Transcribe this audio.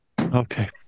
Okay